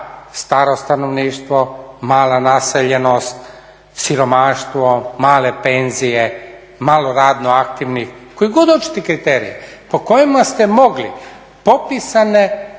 staro stanovništvo, mala naseljenost, siromaštvo, male penzije, malo radno aktivnih, koji god hoćete kriterij po kojima ste mogli popisane